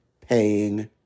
paying